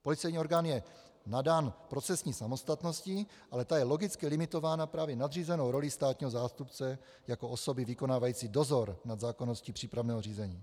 Policejní orgán je nadán procesní samostatností, ale ta je logicky limitována právě nadřízenou rolí státního zástupce jako osoby vykonávací dozor nad zákonností přípravného řízení.